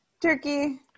turkey